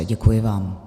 Děkuji vám.